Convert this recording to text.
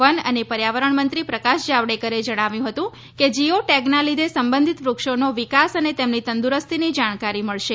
one અને પર્યાવરણમંત્રી પ્રકાશ જાવડેકરે જણાવ્યું હતું કે જીઓ ટેગના લીધે સંબંધિત વૃક્ષોનો વિકાસ અને તેમની તંદુરસ્તીની જાણકારી મળશે